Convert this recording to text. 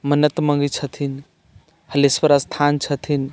मन्नत मङ्गैत छथिन हलेश्वर स्थान छथिन